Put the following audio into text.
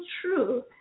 true